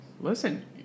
listen